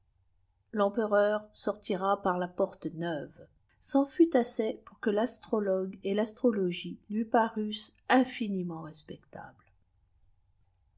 l'empereur sortira par là porte neuve c'en fut assez pour que l'astrologlie eu'astaroloe lui parussent infliiiment respectables